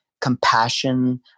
compassion